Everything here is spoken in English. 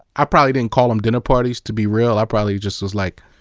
i probably didn't call them dinner parties to be real, i probably just was like,